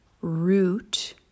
root